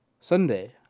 Sunday